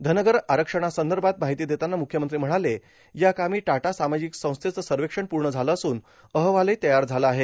धनगर आरक्षणासंदर्भात माहिती देताना मुख्यमंत्री म्हणाले या कामी टाटा सामाजिक संस्थेचा सर्वेक्षण पूर्ण झाला असून अहवालही तयार झाला आहे